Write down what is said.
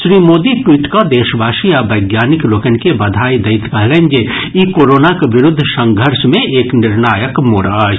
Shri Modi tweet कऽ देशवासी आ वैज्ञानिक लोकनि के बधाई दैत कहलनि जे ई कोरोनाक विरूद्ध संघर्ष मे एक निर्णायक मोड़ अछि